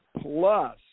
plus